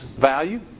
value